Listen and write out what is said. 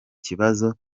kibazo